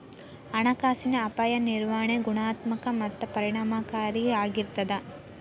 ಹಣಕಾಸಿನ ಅಪಾಯ ನಿರ್ವಹಣೆ ಗುಣಾತ್ಮಕ ಮತ್ತ ಪರಿಣಾಮಕಾರಿ ಆಗಿರ್ತದ